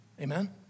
Amen